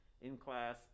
in-class